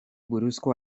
buruzko